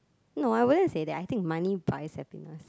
no I wouldn't say that I think money buys happiness